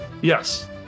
Yes